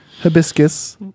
hibiscus